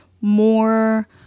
more